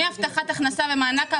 מהבטחת הכנסה ומענק העבודה.